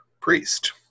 priest